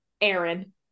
Aaron